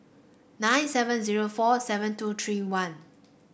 nine seven zero four seven two three one